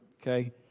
okay